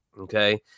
okay